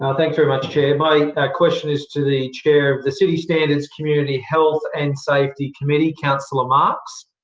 and thanks very much, chair my question is to the chair of the city standards, community health and safety committee, councillor marx.